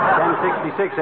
1066